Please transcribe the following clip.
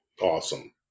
Awesome